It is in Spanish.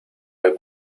doy